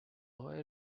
oil